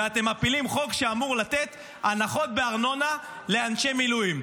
ואתם מפילים חוק שאמור לתת הנחות בארנונה לאנשי מילואים,